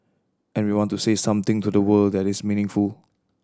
and we want to say something to the world that is meaningful